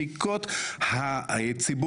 תודה רבה.